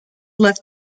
left